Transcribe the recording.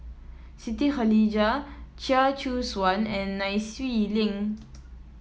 Siti Khalijah Chia Choo Suan and Nai Swee Leng